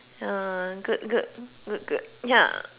uh good good good good ya